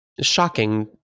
Shocking